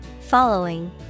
Following